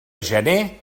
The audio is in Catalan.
gener